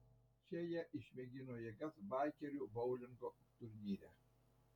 čia jie išmėgino jėgas baikerių boulingo turnyre